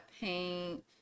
paint